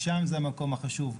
שם זה המקום החשוב,